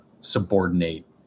subordinate